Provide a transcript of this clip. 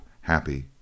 happy